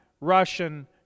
russian